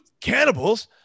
cannibals